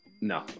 No